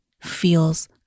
feels